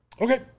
Okay